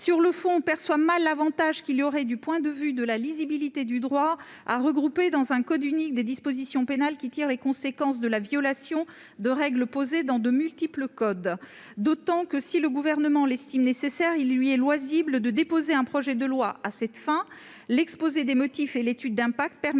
Sur le fond, on perçoit mal l'avantage qu'il y aurait, du point de vue de la lisibilité du droit, à regrouper dans un code unique des dispositions pénales qui tirent les conséquences de la violation de règles posées dans de multiples codes, d'autant que, si le Gouvernement l'estime nécessaire, il lui est loisible de déposer un projet de loi à cette fin, l'exposé des motifs et l'étude d'impact permettant